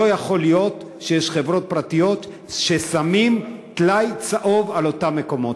לא יכול להיות שיש חברות פרטיות ששמות טלאי צהוב על אותם מקומות.